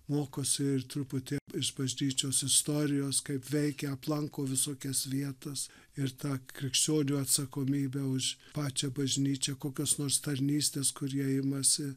mokosi ir truputį iš bažnyčios istorijos kaip veikia aplanko visokias vietas ir tą krikščionių atsakomybę už pačią bažnyčią kokios nors tarnystės kurie imasi